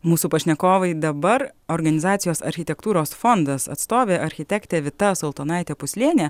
mūsų pašnekovai dabar organizacijos architektūros fondas atstovė architektė vita soltonaitė puslienė